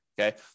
okay